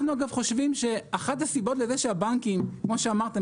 אנחנו חושבים שאחת הסיבות לזה שהבנקים כמו שאמרת,